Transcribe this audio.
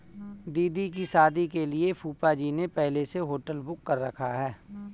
दीदी की शादी के लिए फूफाजी ने पहले से होटल बुक कर रखा है